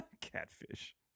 Catfish